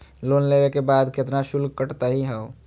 Loan लेवे के बाद केतना शुल्क कटतही हो?